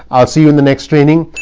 i'll see you in the next training.